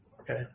Okay